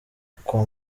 kwa